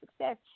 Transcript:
success